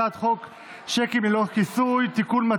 הצעת חוק שיקים ללא כיסוי (תיקון,